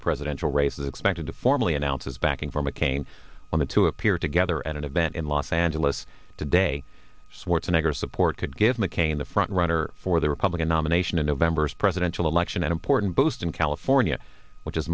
the presidential race the expected to formally announce his backing for mccain on the to appear together at an event in los angeles today swardson eggers support could give mccain the front runner for the republican nomination in november's presidential election an important boost in california which is